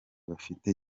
bafite